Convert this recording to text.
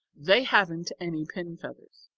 they haven't any pin feathers.